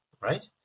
right